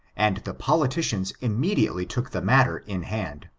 and the politicians immediately took the matter in hand.